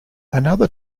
another